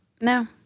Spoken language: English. No